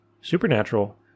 supernatural